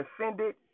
offended